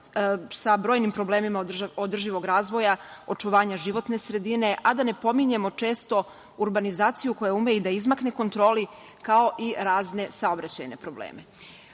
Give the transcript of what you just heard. sa brojnim problemima održivog razvoja, očuvanja životne sredine, a da ne pominjemo često urbanizaciju koja ume i da izmakne kontroli, kao i razne saobraćajne probleme.U